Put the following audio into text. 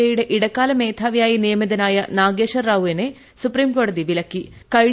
ഐയുടെ ഇടക്കാലമേധാവിയായി നിയമിതനായ നഗേശ്വർറാവുവിനെ സുപ്രീംകോടതി വിലക്കി